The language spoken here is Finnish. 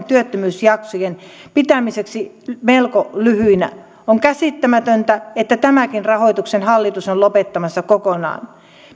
työttömyysjaksojen pitämiseksi melko lyhyinä on käsittämätöntä että tämänkin rahoituksen hallitus on lopettamassa kokonaan